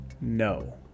No